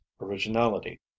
originality